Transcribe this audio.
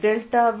VV